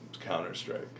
Counter-Strike